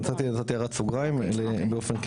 אני נתתי הערת סוגריים באופן כללי,